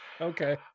okay